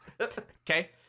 Okay